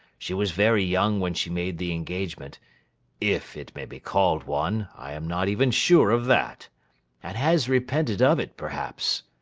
she was very young when she made the engagement if it may be called one, i am not even sure of that and has repented of it, perhaps.